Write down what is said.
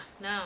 no